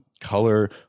color